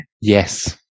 Yes